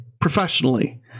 professionally